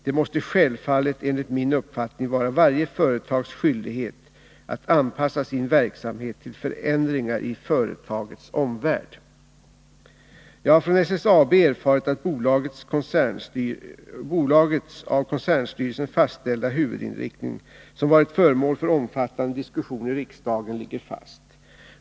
Det måste självfallet enligt min uppfattning vara varje företags skyldighet att anpassa sin verksamhet till förändringar i företagets omvärld. Jag har från SSAB erfarit att bolagets av koncernstyrelsen fastställda huvudinriktning, som varit föremål för omfattande diskussion i riksdagen, ligger fast.